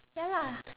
ya lah